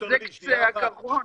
זה קצה הקרחון.